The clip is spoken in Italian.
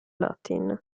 latin